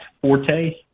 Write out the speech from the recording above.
Forte